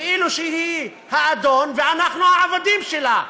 כאילו שהיא האדון, ואנחנו העבדים שלה,